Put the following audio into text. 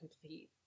complete